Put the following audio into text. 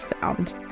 sound